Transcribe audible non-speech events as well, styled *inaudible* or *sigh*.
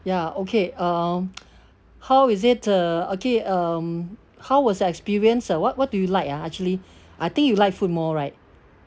ya okay um *noise* how is it okay um how was experience uh what what do you like ah actually I think you like food more right